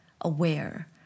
aware